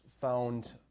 found